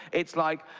it's like.